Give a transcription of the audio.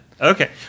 Okay